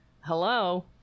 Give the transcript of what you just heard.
hello